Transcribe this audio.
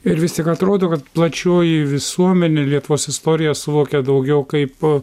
ir vis tik atrodo kad plačioji visuomenė lietuvos istoriją suvokia daugiau kaip